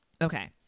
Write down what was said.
okay